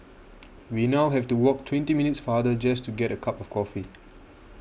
we now have to walk twenty minutes farther just to get a cup of coffee